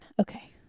Okay